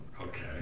okay